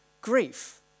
grief